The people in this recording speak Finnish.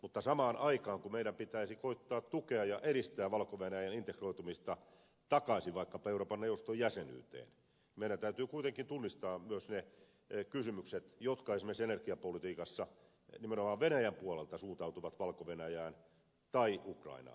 mutta samaan aikaan kun meidän pitäisi koettaa tukea ja edistää valko venäjän integroitumista takaisin vaikkapa euroopan neuvoston jäsenyyteen meidän täytyy kuitenkin tunnistaa myös ne kysymykset jotka esimerkiksi energiapolitiikassa nimenomaan venäjän puolelta suuntautuvat valko venäjään tai ukrainaan